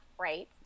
right